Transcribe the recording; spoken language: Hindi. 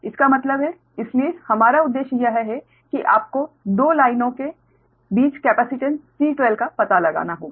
इसका मतलब है इसलिए हमारा उद्देश्य यह है कि आपको 2 लाइनें के बीच कैपेसिटेंस C12 का पता लगाना होगा